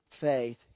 faith